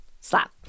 slap